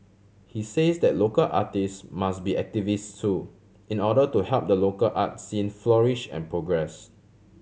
he says that local artist must be activists so in order to help the local art scene flourish and progress